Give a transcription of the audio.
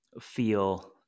feel